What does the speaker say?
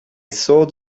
thought